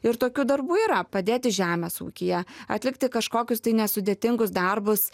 ir tokių darbų yra padėti žemės ūkyje atlikti kažkokius tai nesudėtingus darbus